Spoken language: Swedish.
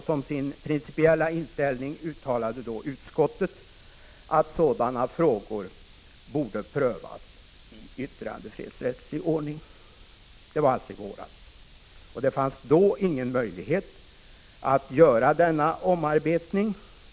Som sin principiella inställning uttalade utskottet att sådana frågor borde prövas i yttrandefrihetsrättslig ordning. Detta sade alltså utskottet i våras. Det fanns då ingen möjlighet att göra en omarbetning.